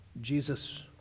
Jesus